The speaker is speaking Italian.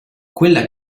quella